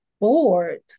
bored